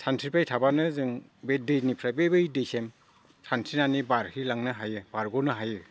सानस्रिबाय थाबानो जों बे दैनिफ्राय बै दैसिम सानस्रिनानै बारहैलांनो हायो बारग'नो हायो